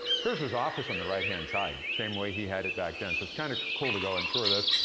here's his office on the right-hand side, same way he had it back then, so it's kinda cool to go and tour this.